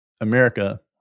America